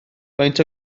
faint